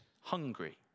hungry